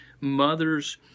mothers